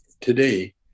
today